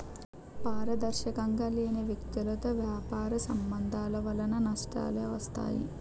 పారదర్శకంగా లేని వ్యక్తులతో వ్యాపార సంబంధాల వలన నష్టాలే వస్తాయి